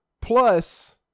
plus